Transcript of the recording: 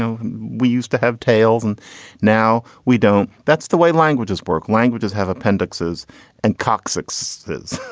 so we used to have tails and now we don't. that's the way languages work. languages have appendixes and coccyx.